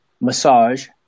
massage